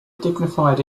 dignified